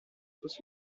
soient